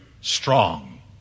strong